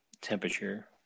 temperature